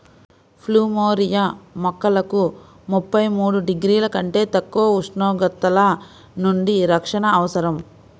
plumeria మొక్కలకు ముప్పై మూడు డిగ్రీల కంటే తక్కువ ఉష్ణోగ్రతల నుండి రక్షణ అవసరం